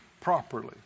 properly